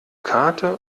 karte